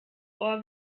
ohr